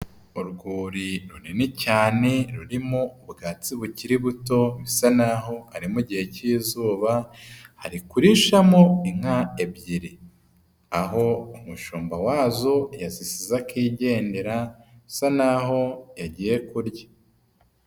Urwuri runini cyane rurimo ubwatsi bukiri buto, bisa n'aho ari mu gihe cy'izuba, burikurishamo inka ebyiri, aho umushumba wazo yazisize akigendera bisa n'aho yagiye kurya.